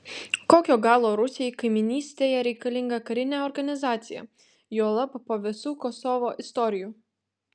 kokio galo rusijai kaimynystėje reikalinga karinė organizacija juolab po visų kosovo istorijų